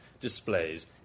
displays